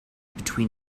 between